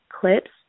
clips